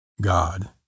God